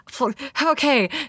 okay